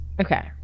Okay